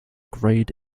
grade